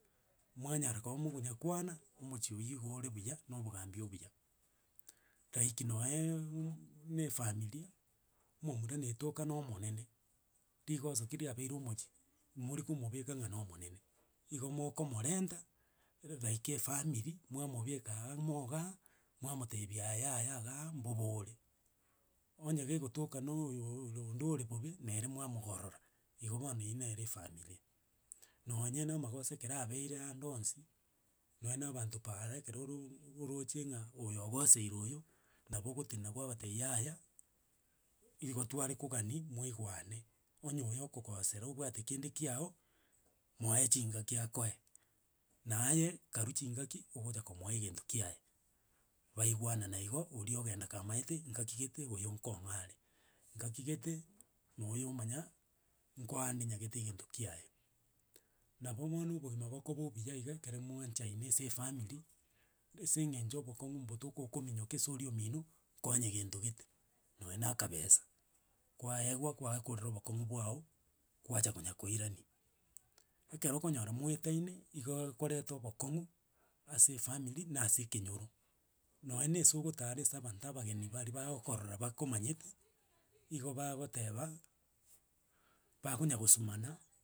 Mwanyara koba mogonyakwana omochie oyi iga ore buya, na obogambi obuya. Like nonyeee na efamiri, omomura netoka na omonene, rigoso ki riabeire omochie mori komobeka ng'a na omonene, igo mokomorenta, like efamiri, mwamobeka aamo igaa, mwamotebia aya yaya igaa, mbobe ore. Onye gegotoka na oyooo oyo onde ore bobe, nere mwamogorora, igo bono eywo nere efamalia. Nonya na amagoso ekere abeire ande onsi, nonye na abanto paara ekero orooo oroche ng'a oyo ogoseire oyo, nabo ogotenena kwabatebia yaaya, igo twarekogania moigwane, onye oyo okogosera obwate kende kiago, moe chingaki akoe, naye karu chingaki ogocha komoa egento kiaye. Baigwanana igo, oria ogenda kamaete ngaki gete, oyo nkong'a are, ngaki gete, na oyo omanya, nkoande nyagete egento kiaye. Nabo bono obogima bokoba obuya iga ekero mwanchaine ase efamiri, ase eng'encho obokong'u mbotoka okominyoka ase oria omino, nkonye gento gete nonye na akabesa, kwaewa kwakorera obokong'u bwago, kwacha konya koirania. Ekero okonyora moetaine, igo ekoreta obokong'u ase efamiri, na ase ekenyoro. Nonya ase ogotara ase abanto abageni bari bagokorora bakomanyete, igo bagoteba, bakonyagosumana.